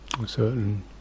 Certain